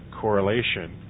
correlation